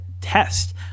test